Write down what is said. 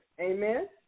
Amen